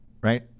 right